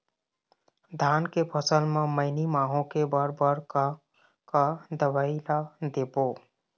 धान के फसल म मैनी माहो के बर बर का का दवई ला देबो?